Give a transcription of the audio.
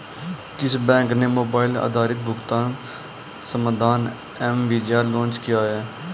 किस बैंक ने मोबाइल आधारित भुगतान समाधान एम वीज़ा लॉन्च किया है?